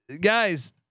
guys